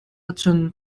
ahcun